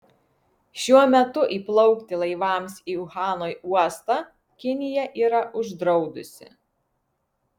šiuo metu įplaukti laivams į uhano uostą kinija yra uždraudusi